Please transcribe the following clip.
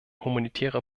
humanitäre